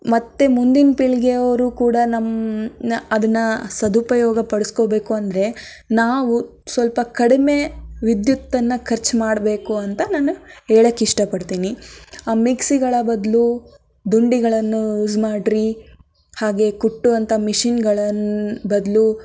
ಮತ್ತೆ ಮುಂದಿನ ಪೀಳಿಗೆ ಅವರು ಕೂಡಾ ನಮ್ಮ ಅದನ್ನು ಸದುಪಯೋಗ ಪಡಿಸ್ಕೊಬೇಕು ಅಂದರೆ ನಾವು ಸ್ವಲ್ಪ ಕಡಿಮೆ ವಿದ್ಯುತ್ ಅನ್ನು ಖರ್ಚು ಮಾಡಬೇಕು ಅಂತ ನಾನು ಹೇಳೋಕ್ಕೆ ಇಷ್ಟಪಡ್ತೀನಿ ಆ ಮಿಕ್ಸಿಗಳ ಬದಲು ದುಂಡಿಗಳನ್ನು ಯೂಸ್ ಮಾಡಿರಿ ಹಾಗೆ ಕುಟ್ಟುವಂಥ ಮಿಷಿನ್ಗಳ ಬದಲು